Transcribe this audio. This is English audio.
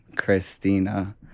Christina